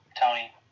Tony